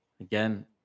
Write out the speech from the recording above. Again